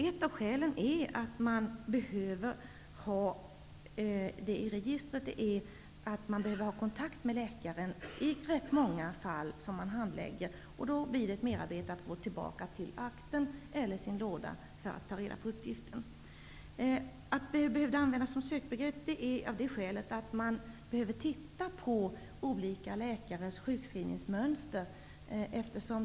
Ett av skälen till att de uppgifterna skall finnas med i registret är att man behöver ha kontakt med läkaren i många fall. Då blir det ett merarbete att gå tillbaka till akten eller kortlådan för att ta reda på den uppgiften. Skälet till att det skall kunna användas som sökbegrepp är att man behöver se på olika läkares sjukskrivningsmönster.